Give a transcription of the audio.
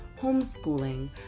homeschooling